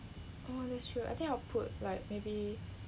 oh that's true I think I'll put like maybe